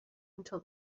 until